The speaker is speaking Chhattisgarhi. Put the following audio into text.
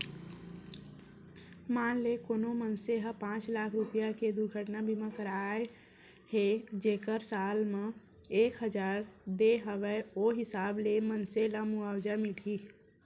मान ले कोनो मनसे ह पॉंच लाख रूपया के दुरघटना बीमा करवाए हे जेकर साल म एक हजार दे हवय ओ हिसाब ले मनसे ल मुवाजा मिलही